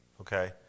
okay